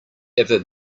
ever